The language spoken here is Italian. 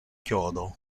chiodo